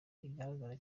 igaragara